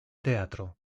teatro